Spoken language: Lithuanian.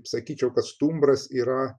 sakyčiau kad stumbras yra